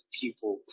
people